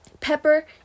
pepper